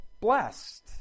blessed